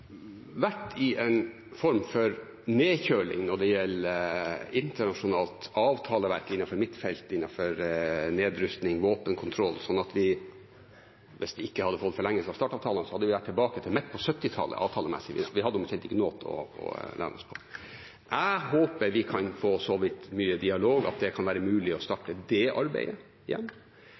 vært i en form for nedkjøling når det gjelder internasjonalt avtaleverk innenfor mitt felt, innenfor nedrustning, våpenkontroll, slik at hvis vi ikke hadde fått forlengelse av START-avtalene, hadde vi vært tilbake til midt på 1970-tallet avtalemessig. Vi hadde omtrent ikke noe annet å lene oss på. Jeg håper vi kan få så mye dialog at det kan være mulig å starte det arbeidet igjen.